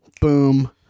Boom